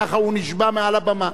ככה הוא נשבע מעל הבמה.